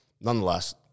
nonetheless